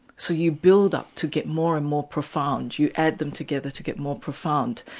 so you build up to get more and more profound you add them together to get more profound.